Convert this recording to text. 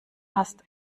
hast